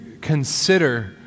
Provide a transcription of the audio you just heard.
Consider